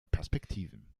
perspektiven